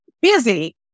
Busy